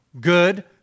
Good